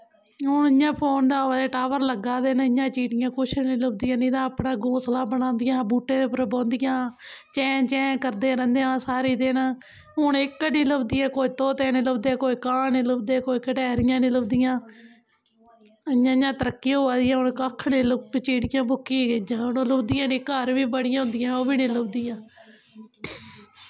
हून जियां फोन आवै दे टावर लग्गा दे न इ'यां चिड़ियां कुछ नेईं लभदियां नेईं तां अपना घौंसला बनांदियां हां बूह्टे दे उप्पर बौंह्दियां हां चैं चैं करदे रैंह्दे न सारी दिन हून इक नी लभदियां कोई तोते नी लभदे कोई कां नी लभदे कोई गटैरियां नी लभदियां इयां इयां तरक्की होआ दी ऐ हून कक्ख निं चिड़ियां मुक्की गै गेइयां हून लभदियां निं घर बी बड़ियां होंदियां हां ओह् बी नेईं लभदियां